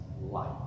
light